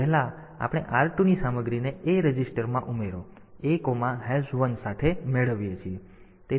તેથી પહેલા આપણે r2 ની સામગ્રીને A રજિસ્ટરમાં ઉમેરો A1 સાથે મેળવીએ છીએ